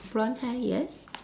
blonde hair yes